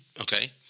Okay